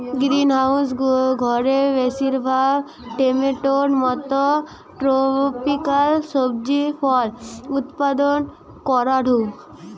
greenhouse ঘরে বেশিরভাগ টমেটোর মতো ট্রপিকাল সবজি ফল উৎপাদন করাঢু